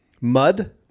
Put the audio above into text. Mud